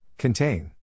Contain